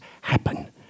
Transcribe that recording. happen